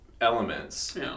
elements